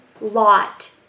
lot